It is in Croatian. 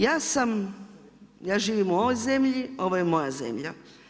Ja sam, ja živim u ovoj zemlji, ovo je moja zemlja.